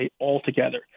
altogether